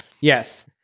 Yes